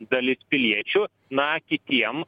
dalis piliečių na kitiem